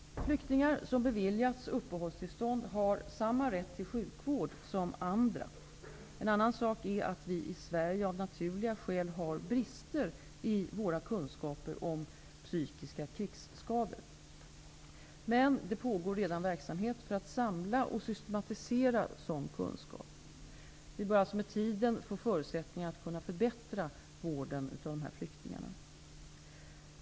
Flyktingar som beviljats uppehållstillstånd har samma rätt till sjukvård som andra. En annan sak är, att vi i Sverige av naturliga skäl har brister i våra kunskaper om psykiska krigsskador. Men det pågår redan verksamhet för att samla och systematisera sådan kunskap. Vi bör alltså med tiden få förutsättningar att kunna förbättra vården av dessa flyktingar.